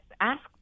ask –